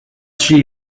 she